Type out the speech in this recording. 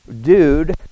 dude